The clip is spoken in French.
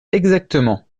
exactement